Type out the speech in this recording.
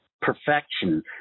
perfection